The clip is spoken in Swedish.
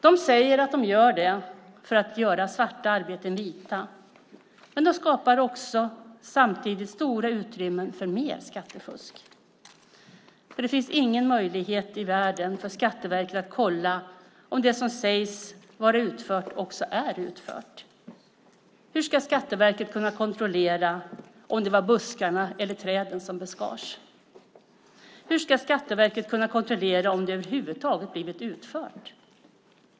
De säger att de gör det för att göra svarta arbeten vita. Men då skapas också samtidigt stora utrymmen för mer skattefusk. Det finns ingen möjlighet i världen för Skatteverket att kolla om det som sägs vara utfört också är utfört. Hur ska Skatteverket kontrollera om det var buskarna eller träden som beskars? Hur ska Skatteverket kontrollera om arbetet över huvud taget har blivit utfört?